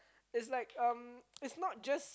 it's like um it's not just